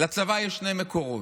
לצבא יש שני מקורות: